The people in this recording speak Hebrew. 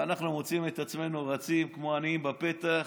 ואנחנו מוצאים את עצמנו רצים כמו עניים בפתח.